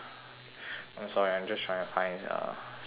I'm sorry I'm just trying to find uh something to talk about